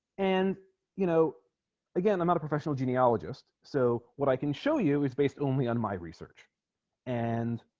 and you know again i'm not a professional genealogist so what i can show you is based only on my research and